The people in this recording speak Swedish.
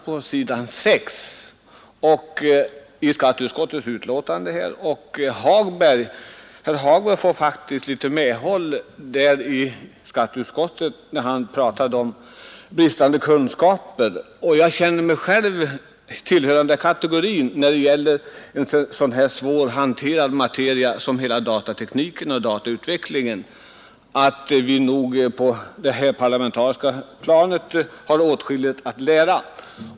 På s. 6 i skatteutskottets betänkande nr 17 finner jag att herr Hagberg faktiskt får litet medhåll beträffande sina farhågor om bristande kunskaper. Jag känner att jag själv tillhör dem som har bristande kunskaper när det gäller en så svårhanterad materia som hela datatekniken och datautvecklingen får anses utgöra, På det parlamentariska planet har vi nog åtskilligt att lära.